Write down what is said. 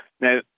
Now